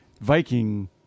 Viking